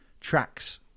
tracks